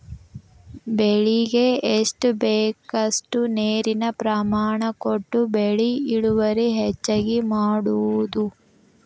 ಬೆಳಿಗೆ ಎಷ್ಟ ಬೇಕಷ್ಟ ನೇರಿನ ಪ್ರಮಾಣ ಕೊಟ್ಟ ಬೆಳಿ ಇಳುವರಿ ಹೆಚ್ಚಗಿ ಮಾಡುದು